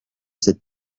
cette